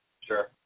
Sure